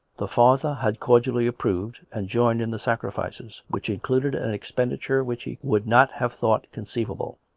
the father had cordially approved, and joined in the sacrifices, which in cluded an expenditure which he would not have thought conceivable.